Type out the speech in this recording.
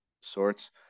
sorts